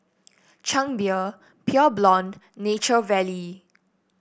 Chang Beer Pure Blonde Nature Valley